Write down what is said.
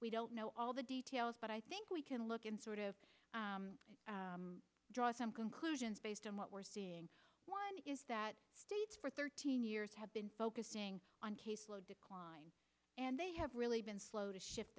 we don't know all the details but i think we can look and sort of draw some conclusions based on what we're seeing one is that states for thirteen years have been focusing on caseload decline and they have really been slow to shift